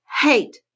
hate